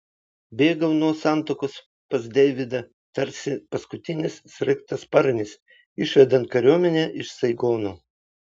bėgau nuo santuokos pas deividą tarsi paskutinis sraigtasparnis išvedant kariuomenę iš saigono